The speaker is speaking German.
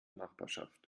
nachbarschaft